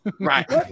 Right